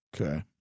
Okay